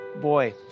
boy